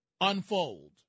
unfold